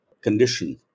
condition